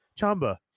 Chamba